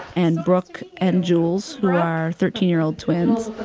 and brooke and jules, who are thirteen year old twins.